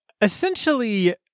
essentially